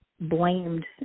blamed